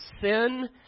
sin